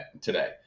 today